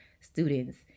students